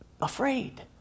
afraid